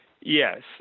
Yes